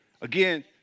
Again